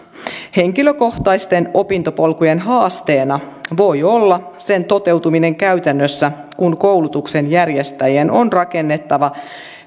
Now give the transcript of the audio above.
henkilökohtaisten opintopolkujen haasteena voi olla sen toteutuminen käytännössä kun koulutuksen järjestäjien on rakennettava